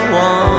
one